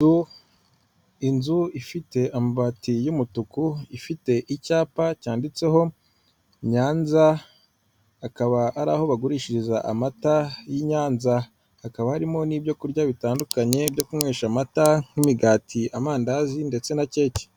Inzu ifite amabati y'umutuku ifite icyapa cyanditseho Nyanza, akaba ari aho bagurishiriza amata y'i Nyanza, hakaba harimo n'ibyo kurya bitandukanye byo kunywesha amata nk'imigati, amandazi ndetse na keke.